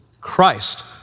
Christ